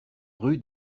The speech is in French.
rue